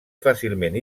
fàcilment